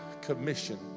commission